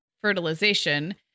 fertilization